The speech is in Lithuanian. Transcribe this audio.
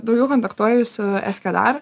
daugiau kontaktuoju su eskadar